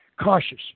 cautious